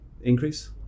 increase